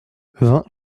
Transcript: vingt